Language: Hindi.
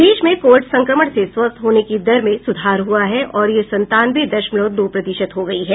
प्रदेश में कोविड संक्रमण से स्वस्थ होने की दर में सुधार हुआ है और यह संतानवे दशमलव दो प्रतिशत हो गई है